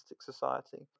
Society